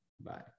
Bye